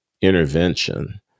intervention